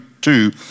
two